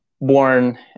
born